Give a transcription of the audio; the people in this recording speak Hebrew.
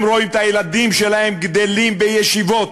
הם רואים את הילדים שלהם גדלים בישיבות,